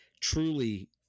truly